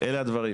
אלה הדברים.